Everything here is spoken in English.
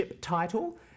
title